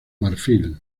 marfil